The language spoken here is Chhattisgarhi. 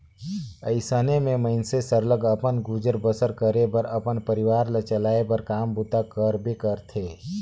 अइसे में मइनसे सरलग अपन गुजर बसर करे बर अपन परिवार ल चलाए बर काम बूता करबे करथे